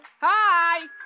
Hi